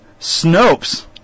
Snopes